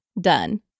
done